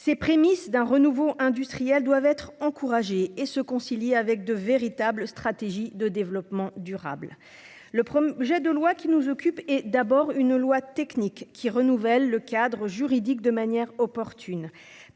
Ces prémices d'un renouveau industriel doivent être encouragées et être conciliées avec de véritables stratégies de développement durable. Le projet de loi que nous examinons est d'abord un texte technique, qui vise à renouveler le cadre juridique de manière opportune.